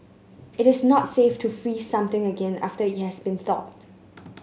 it is not safe to freeze something again after it has been thawed